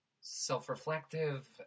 self-reflective